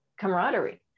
camaraderie